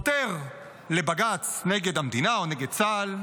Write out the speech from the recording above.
עותר לבג"ץ נגד המדינה או נגד צה"ל,